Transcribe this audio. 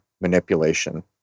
manipulation